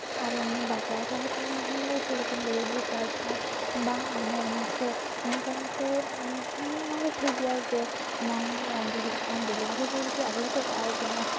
ᱟᱨ ᱮᱢᱱᱤ ᱵᱟᱡᱟᱨ ᱨᱮ ᱦᱟᱛᱟᱣ ᱞᱮᱱᱠᱷᱟᱱ ᱫᱚ ᱥᱮᱭ ᱨᱚᱠᱚᱢ ᱰᱮᱞᱤᱵᱷᱟᱹᱨᱤ ᱪᱟᱨᱡᱽ ᱫᱚ ᱵᱟᱝ ᱮᱢ ᱟᱥᱮ ᱱᱤᱭᱟᱹ ᱠᱟᱨᱚᱱᱛᱮ ᱚᱱᱟᱫᱚ ᱴᱷᱤᱠ ᱜᱮᱭᱟ ᱡᱮ ᱵᱟᱝ ᱡᱩᱫᱤ ᱢᱤᱫᱴᱟᱱ ᱰᱮᱞᱤᱵᱷᱟᱹᱨᱤ ᱵᱚᱭ ᱡᱩᱫᱤ ᱟᱹᱜᱩ ᱦᱚᱴᱚ ᱠᱟᱜᱼᱟᱭ